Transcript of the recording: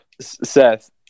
Seth